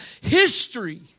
history